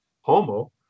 Homo